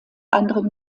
anderem